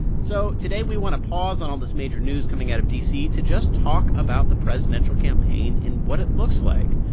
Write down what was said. so today we want to pause on all this major news coming out of d c. to just talk about the presidential campaign and what it looks like.